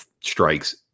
strikes